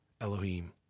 Elohim